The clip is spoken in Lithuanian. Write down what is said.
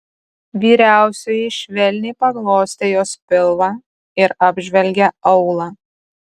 vyriausioji švelniai paglostė jos pilvą ir apžvelgė aulą